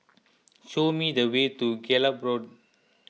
show me the way to Gallop Road